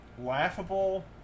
laughable